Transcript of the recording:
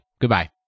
Goodbye